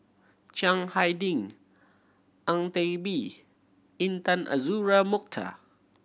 Chiang Hai Ding Ang Teck Bee Intan Azura Mokhtar